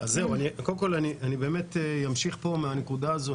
אני אמשיך מהנקודה הזאת.